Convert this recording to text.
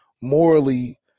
morally